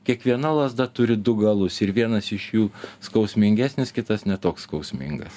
kiekviena lazda turi du galus ir vienas iš jų skausmingesnis kitas ne toks skausmingas